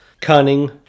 Cunning